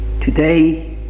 today